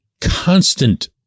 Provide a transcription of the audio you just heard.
constant